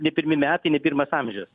ne pirmi metai ne pirmas amžius